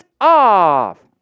off